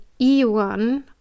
e1